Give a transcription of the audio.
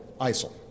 ISIL